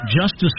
justice